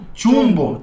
chumbo